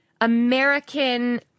American